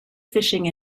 fishing